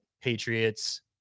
Patriots